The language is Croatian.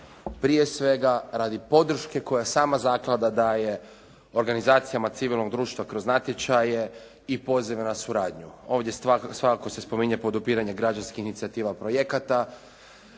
prije svega radi same podrške koju sama zaklada daje organizacijama civilnog društva kroz natječaje i pozive na suradnju. Ovdje svakako se spominje podupiranje građanskih inicijativa projekata,